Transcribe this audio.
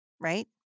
right